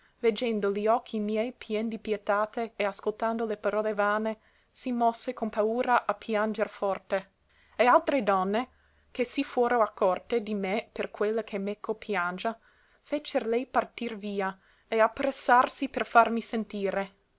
veggendo li occhi miei pien di pietate e ascoltando le parole vane si mosse con paura a pianger forte e altre donne che si fuoro accorte di me per quella che meco piangia fecer lei partir via e appressrsi per farmi sentire